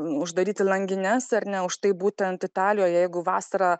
uždaryti langines ar ne už tai būtent italijoje jeigu vasarą